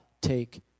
take